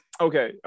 Okay